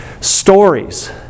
stories